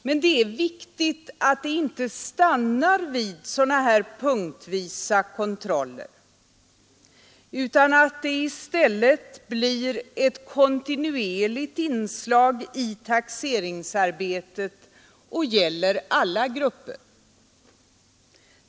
Men det är viktigt att det inte stannar vid sådana här punktvisa kontroller utan att det i stället blir ett kontinuerligt inslag i taxeringsarbetet och gäller alla grupper.